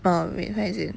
err wait where is it ah